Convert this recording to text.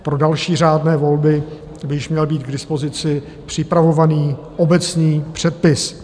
Pro další řádné volby by již měl být k dispozici připravovaný obecný předpis.